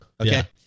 okay